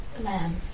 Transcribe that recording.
lamb